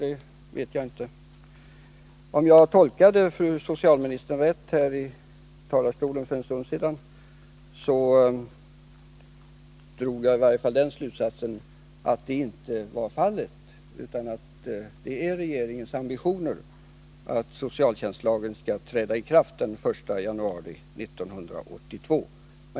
Jag vet inte om jag tolkade socialministern rätt för en stund sedan, men jag drog den slutsatsen att så inte är fallet, utan att det är regeringens ambition att socialtjänstlagen skall träda i kraft den 1 januari 1982.